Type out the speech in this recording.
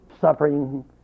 suffering